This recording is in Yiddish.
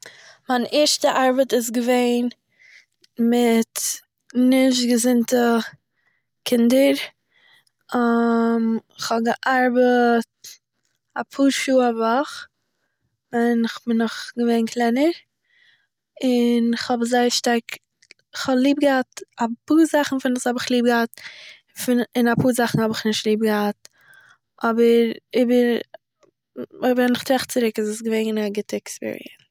מיין ערשטע ארבעט איז געווען מיט נישט געזונטע קינדער, כ'האב געארבעט א פאר שעה א וואך ווען איך בין נאך געווען קלענער, און איך האב זייער שטארק- כ'האב ליב געהאט א פאר זאכן האב איך ליב געהאט פון- און א פאר זאכן האב איך נישט ליב געהאט, אבער איבער- ווען איך טראכט צוריק איז עס געווען א גוטע עקספיריענס